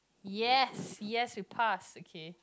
yes yes we passed okay